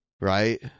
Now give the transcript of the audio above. Right